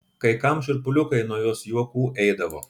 kai kam šiurpuliukai nuo jos juokų eidavo